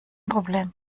problem